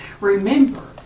Remember